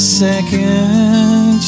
second